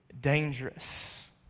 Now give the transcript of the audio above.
dangerous